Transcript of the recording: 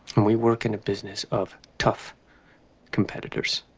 and we work in a business of tough competitors